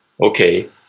okay